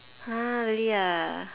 !huh! really ah